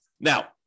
Now